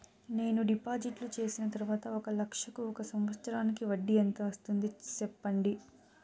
నేను డిపాజిట్లు చేసిన తర్వాత ఒక లక్ష కు ఒక సంవత్సరానికి వడ్డీ ఎంత వస్తుంది? సెప్పండి?